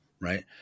right